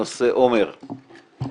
עומר,